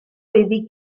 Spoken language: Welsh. digwydd